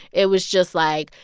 it was just like,